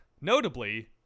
notably